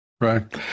Right